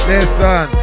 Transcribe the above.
Listen